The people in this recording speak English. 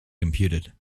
computed